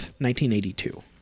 1982